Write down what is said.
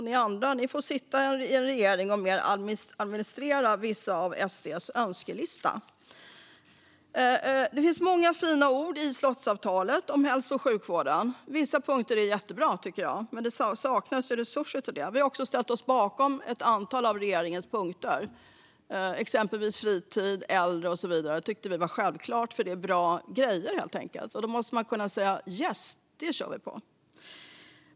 Ni andra får sitta i en regering och mer administrera delar av SD:s önskelista. Det finns många fina ord i slottsavtalet om hälso och sjukvården. Vissa punkter är jättebra, tycker jag, men det saknas resurser. Vi har ställt oss bakom ett antal av regeringens punkter, om exempelvis fritid, äldre och så vidare. Det tyckte vi var självklart, för det är bra grejer, helt enkelt. Då måste man kunna säga yes, det kör vi på.